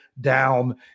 down